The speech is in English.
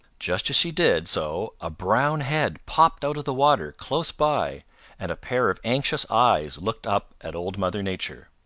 just as she did so a brown head popped out of the water close by and a pair of anxious eyes looked up at old mother nature.